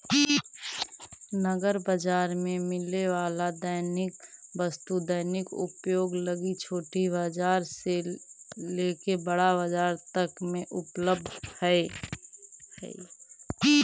नगर बाजार में मिले वाला दैनिक वस्तु दैनिक उपयोग लगी छोटा बाजार से लेके बड़ा बाजार तक में उपलब्ध हई